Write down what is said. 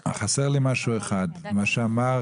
אבי, לקחתי בשיא